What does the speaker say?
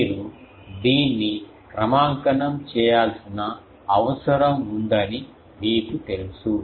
మీరు దీన్ని క్రమాంకనం చేయాల్సిన అవసరం ఉందని మీకు తెలుసు